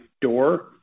door